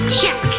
Check